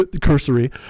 cursory